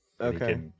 Okay